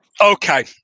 Okay